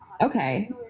okay